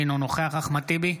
אינו נוכח אחמד טיבי,